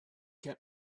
can